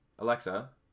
Alexa